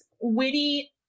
witty